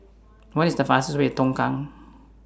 What IS The fastest Way Tongkang